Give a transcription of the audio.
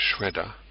shredder